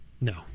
No